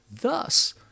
Thus